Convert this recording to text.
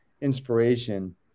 inspiration